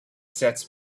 sets